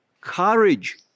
Courage